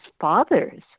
father's